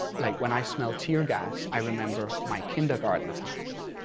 like when i smell tear gas, i remember my kindergarten times.